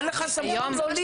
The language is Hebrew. לא לי ולא לך יש סמכות לכך.